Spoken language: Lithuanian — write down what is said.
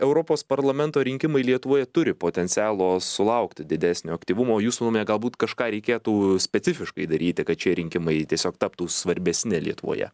europos parlamento rinkimai lietuvoje turi potencialo sulaukti didesnio aktyvumo jūsų nuomone galbūt kažką reikėtų specifiškai daryti kad šie rinkimai tiesiog taptų svarbesni lietuvoje